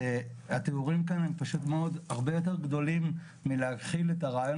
התיאורים כאן הם הרבה יותר גדולים מלהכיל את הרעיון